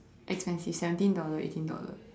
expensive seventeen dollar eighteen dollar